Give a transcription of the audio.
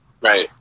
Right